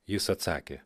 jis atsakė